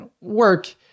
work